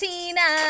Tina